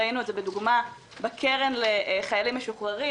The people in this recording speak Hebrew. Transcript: ראינו את זה למשל בקרן לחיילים משוחררים,